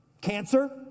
Cancer